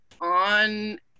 on